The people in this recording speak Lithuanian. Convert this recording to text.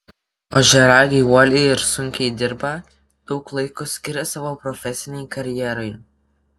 ožiaragiai uoliai ir sunkiai dirba daug laiko skiria savo profesinei karjerai